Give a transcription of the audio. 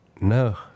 No